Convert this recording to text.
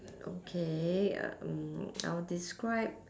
okay um I'll describe